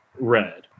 red